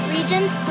Region's